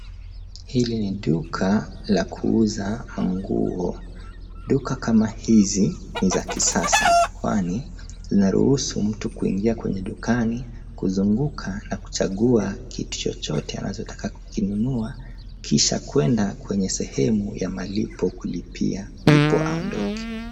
Hili ni duka la kuuza maguo. Duka kama hizi ni za kisasa kwani zinaruhusu mtu kuingia kwenye dukani kuzuguka na kuchaguwa kitu chochote anachotaka kukinunua kisha kwenda kwenye sehemu ya malipo kulipia ndipo aondoke.